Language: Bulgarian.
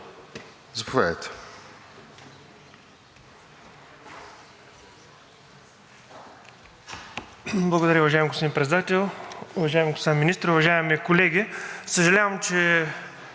за България): Благодаря, уважаеми господин Председател. Уважаеми господа министри, уважаеми колеги! Съжалявам, че